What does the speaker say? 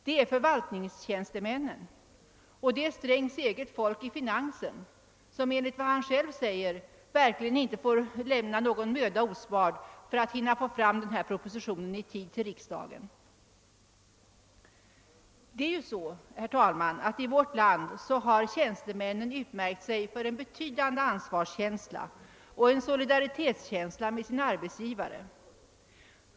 Det är också fråga om förvaltningstjänstemännen, t.ex. herr Strängs eget folk i finansdepartementet, som enligt vad han själv säger verkligen inte får spara någon möda för att kunna lägga fram statsverkspropositionen i tid till riksdagen. Herr talman! I vårt land har tjänstemännen utmärkt sig för en betydande ansvarskänsla och en solidaritet mot sin arbetsgivare.